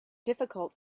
difficult